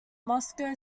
moscow